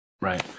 Right